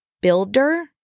builder